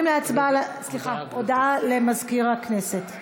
הודעה לסגן מזכירת הכנסת.